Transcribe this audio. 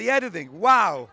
the editing wow